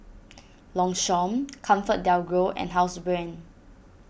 Longchamp ComfortDelGro and Housebrand